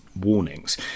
warnings